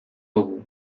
dugu